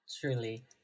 Truly